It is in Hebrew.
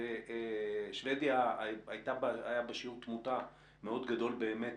בשוודיה היה שיעור תמותה מאוד גדול באמת